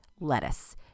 lettuce